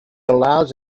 allows